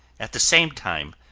at the same time,